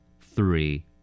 Three